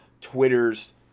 Twitter's